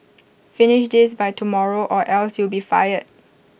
finish this by tomorrow or else you'll be fired